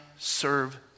serve